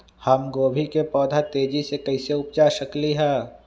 हम गोभी के पौधा तेजी से कैसे उपजा सकली ह?